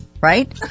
right